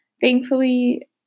Thankfully